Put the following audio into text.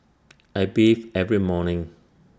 I bathe every morning